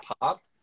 pop